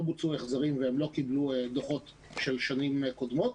בוצעו החזרים והם לא קיבלו דוחות של שנים קודמות.